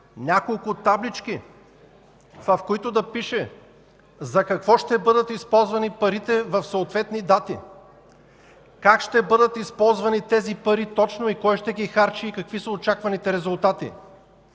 няколко таблички, в които да пише за какво ще бъдат използвани парите в съответни дати, как ще бъдат използвани тези пари точно, кой ще ги харчи и какви са очакваните резултати,